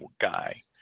guy